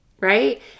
right